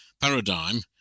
paradigm